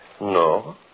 No